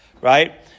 right